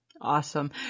Awesome